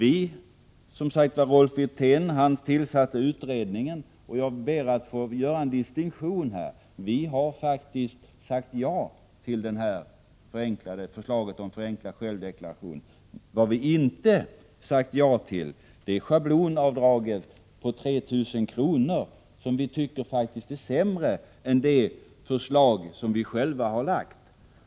Rolf Wirtén tillsatte som sagt utredningen. Jag ber här att få göra en distinktion. Vi har faktiskt sagt ja till förslaget om förenklad självdeklaration. Vad vi inte har sagt ja till är förslaget om ett schablonavdrag på 3 000 kr., som vi tycker är sämre än det förslag som vi själva har lagt fram.